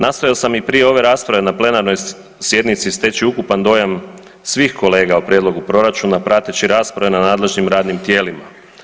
Nastojao sam i prije ove rasprave na plenarnoj sjednici steći ukupan dojam svih kolega o prijedlogu proračuna prateći rasprave na nadležnim radnim tijelima.